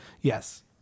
Yes